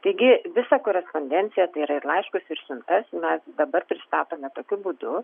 taigi visą korespondenciją tai yra ir laiškus ir siuntas mes dabar pristatome tokiu būdu